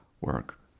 work